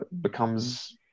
becomes